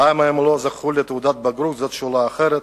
למה הם לא זכו לתעודת בגרות זו שאלה אחרת,